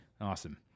Awesome